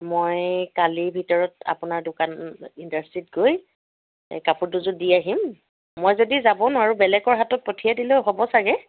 মই কালিৰ ভিতৰত আপোনাৰ দোকান ইণ্ডাষ্ট্ৰীত গৈ এই কাপোৰ দুযোৰ দি আহিম মই যদি যাব নোৱাৰো বেলেগৰ হাতত পঠিয়াই দিলেও হ'ব চাগৈ